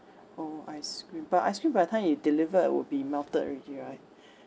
orh ice cream but ice cream by the time you deliver it would be melted already right